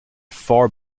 far